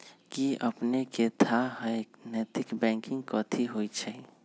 कि अपनेकेँ थाह हय नैतिक बैंकिंग कथि होइ छइ?